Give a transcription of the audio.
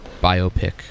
biopic